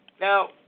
Now